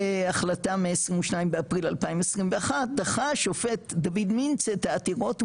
החלטה 22 באפריל ,2021 דחה השופט דוד מינץ את העתירות,